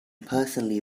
personally